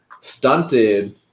stunted